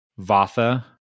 Vatha